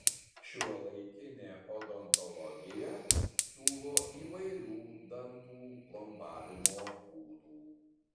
šiuolaikinė odontologija siūlo įvairių dantų plombavimo būdų